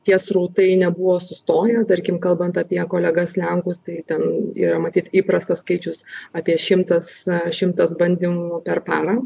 tie srautai nebuvo sustoję tarkim kalbant apie kolegas lenkus tai ten yra matyt įprastas skaičius apie šimtas šimtas bandymų per parą